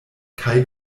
kaj